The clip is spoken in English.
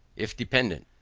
if dependant.